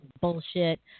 bullshit